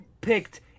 Picked